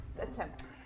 attempt